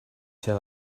tell